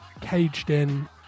caged-in